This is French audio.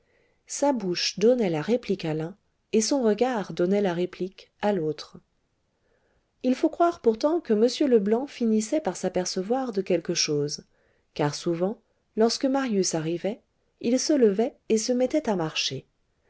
sa bouche donnait la réplique à l'un et son regard donnait la réplique à l'autre il faut croire pourtant que m leblanc finissait par s'apercevoir de quelque chose car souvent lorsque marius arrivait il se levait et se mettait à marcher